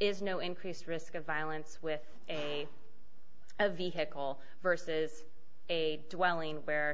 is no increased risk of violence with a vehicle versus a dwelling where